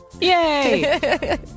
Yay